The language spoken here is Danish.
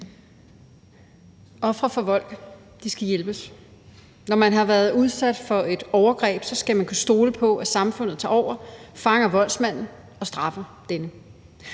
Ofre for vold skal hjælpes. Når man har været udsat for et overgreb, skal man kunne stole på, at samfundet tager over, fanger voldsmanden og straffer denne.